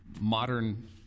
modern